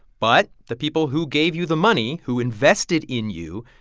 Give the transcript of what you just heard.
but the people who gave you the money, who invested in you,